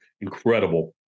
incredible